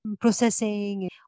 processing